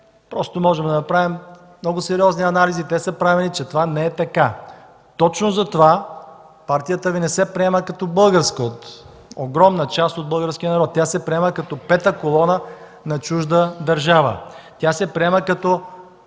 ДПС? Можем да направим много сериозни анализи, те са правени, че това не е така? Точно затова партията Ви не се приема като българска от огромна част от българския народ. Тя се приема като пета колона на чужда държава. Тя се приема като